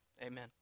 Amen